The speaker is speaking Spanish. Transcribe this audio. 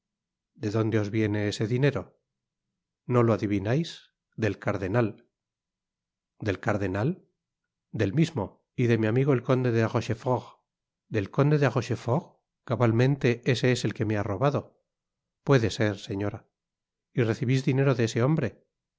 de dónde os viene ese dinero no lo adivinais del cardenal del mismo y de mi amigo el conde de rochefort del conde de rochefort cabalmente ese es el que me ha robado puede ser señora y recibis dinero de ese hombre